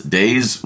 days